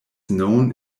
known